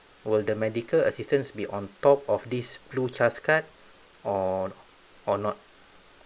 will the medical assistance be on top of this blue trust card or or not